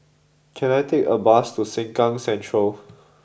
can I take a bus to Sengkang Central